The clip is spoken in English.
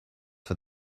for